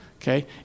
Okay